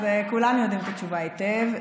כולם יודעים את התשובה היטב.